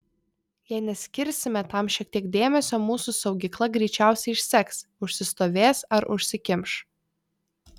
jei neskirsime tam šiek tiek dėmesio mūsų saugykla greičiausiai išseks užsistovės ar užsikimš